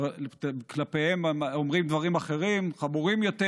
כלפיהם אומרים דברים אחרים, חמורים יותר